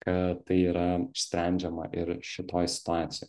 kad tai yra išsprendžiama ir šitoj situacijoj